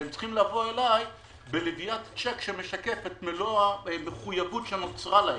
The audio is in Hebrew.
והם צריכים לבוא אליי בלוויית צ'ק שמשקף את מלוא המחויבות שנוצרה להם.